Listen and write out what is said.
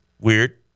weird